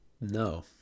no